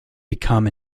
become